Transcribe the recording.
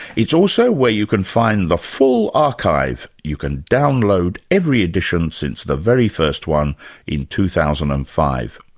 it's also where you can find the full archive you can download every edition since the very first one in two thousand and five.